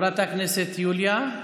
חברת הכנסת יוליה,